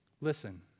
Listen